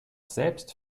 selbst